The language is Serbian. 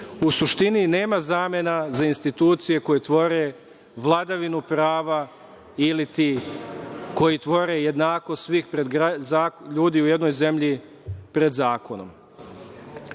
U suštini, nema zamena za institucije koje tvore vladavinu prava ili ti koji tvore jednakost svih ljudi u jednoj zemlji pred zakonom. Logično